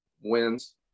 wins